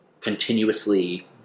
continuously